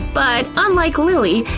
but unlike lilly,